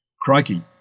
crikey